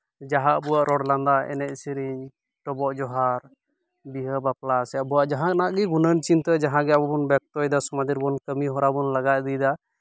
ᱡᱟᱦᱟᱸ ᱟᱵᱚᱣᱟᱜ ᱨᱚᱲ ᱞᱟᱸᱫᱟ ᱮᱱᱮᱡ ᱥᱮᱨᱮᱧ ᱰᱚᱵᱚᱜ ᱡᱚᱦᱟᱨ ᱵᱤᱦᱟᱹ ᱵᱟᱯᱞᱟ ᱥᱮ ᱟᱵᱚᱣᱟᱜ ᱡᱟᱦᱟᱱᱟᱜ ᱜᱮ ᱜᱩᱱᱟᱹᱱ ᱪᱤᱱᱛᱟᱹ ᱡᱟᱦᱟᱸ ᱜᱮ ᱟᱵᱚ ᱵᱚᱱ ᱵᱮᱠᱛᱚᱭᱮᱫᱟ ᱠᱟᱹᱢᱤ ᱦᱚᱨᱟ ᱵᱚᱱ ᱞᱟᱦᱟ ᱤᱫᱤᱭᱮᱫᱟ